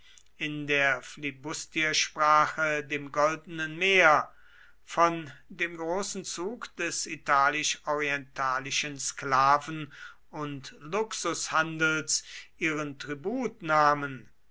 in der flibustiersprache dem goldenen meer von dem großen zug des italisch orientalischen sklaven und luxushandels ihren tribut nahmen